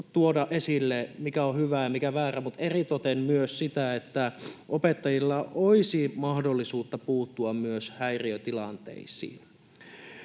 tuoda esille, mikä on hyvää ja mikä väärää, mutta eritoten myös sitä, että opettajilla olisi mahdollisuutta puuttua häiriötilanteisiin.